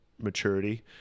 maturity